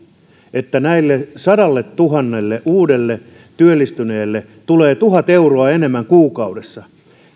että näille sadalletuhannelle uudelle työllistyneelle tulee tuhat euroa enemmän kuukaudessa